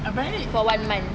for one month